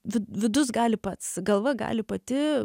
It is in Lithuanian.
vi vidus gali pats galva gali pati